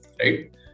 right